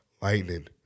Lightning